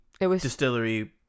distillery